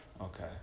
Okay